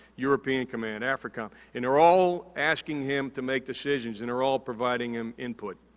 european command, africa. and they're all asking him to make decisions and they're all providing him input.